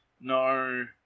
No